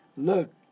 Look